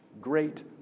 great